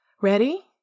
Ready